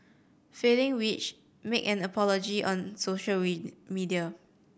failing which make an apology on social media